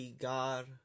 God